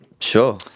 Sure